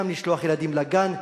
גם לשלוח ילדים לגן,